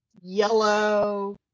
yellow